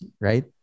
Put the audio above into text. right